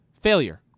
Failure